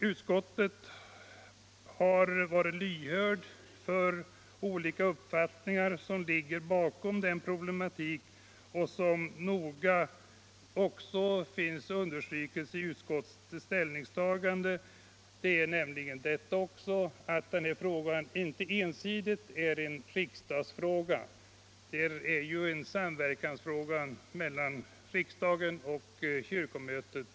Utskottet har varit lyhört för olika uppfattningar som ligger bakom problematiken och det understryks också i utskottets ställningstagande. Detta är inte ensidigt en riksdagsfråga utan i första hand en fråga om samverkan mellan riksdagen och kyrkomötet.